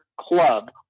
club